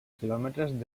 quilòmetres